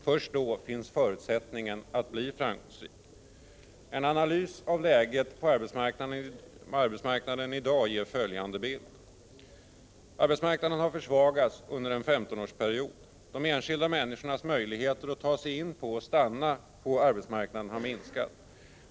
Först då finns förutsättningar att bli framgångsrik. En analys av läget på arbetsmarknaden i dag ger följande bild. Arbetsmarknaden har försvagats under en 15-årsperiod. De enskilda människornas möjligheter att ta sig in och stanna på arbetsmarknaden har minskat.